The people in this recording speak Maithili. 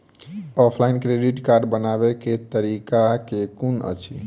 ऑफलाइन क्रेडिट कार्ड बनाबै केँ तरीका केँ कुन अछि?